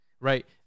right